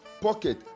pocket